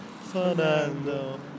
Fernando